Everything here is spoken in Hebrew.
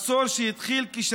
ילדים, מה יש?